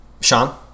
Sean